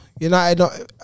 United